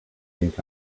think